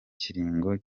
kiringo